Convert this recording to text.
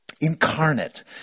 Incarnate